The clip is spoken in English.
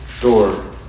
door